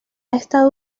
estado